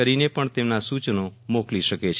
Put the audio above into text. કરીને પણ તેમના સ્ચનો મોકલી શકે છે